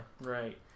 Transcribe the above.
Right